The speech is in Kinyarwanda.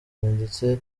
ndetse